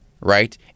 right